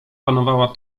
panowała